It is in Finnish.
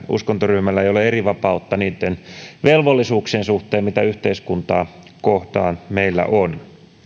uskontoryhmällä ole erivapautta niitten velvollisuuksien suhteen mitä yhteiskuntaa kohtaan meillä on